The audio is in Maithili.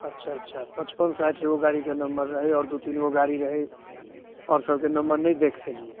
अच्छा अच्छा पचपन साठि एगो गाड़ीके नम्बर रहै आओर दू तीन गो गाड़ी रहै आओर सबके नम्बर नहि देख पेलियै